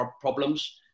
problems